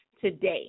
today